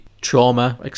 trauma